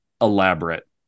elaborate